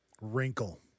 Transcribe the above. wrinkle